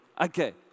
Okay